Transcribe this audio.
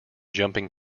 jumping